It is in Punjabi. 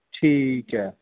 ਠੀਕ ਹੈ